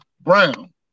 Brown